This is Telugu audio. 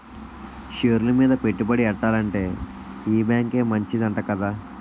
షేర్లు మీద పెట్టుబడి ఎట్టాలంటే ఈ బేంకే మంచిదంట కదా